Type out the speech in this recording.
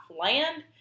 land